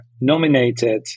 nominated